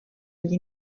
agli